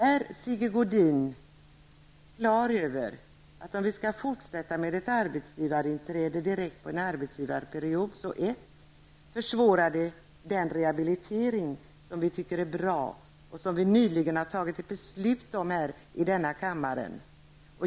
Är Sigge Godin klar över att om vi skall fortsätta med ett arbetsgivarinträde direkt på en arbetsgivarperiod, försvårar det den rehabilitering som vi tycker är bra och som vi nyligen har fattat beslut om i kammaren.